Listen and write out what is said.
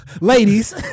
ladies